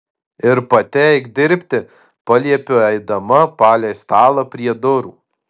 ir pati eik dirbti paliepiu eidama palei stalą prie durų